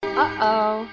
Uh-oh